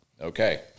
Okay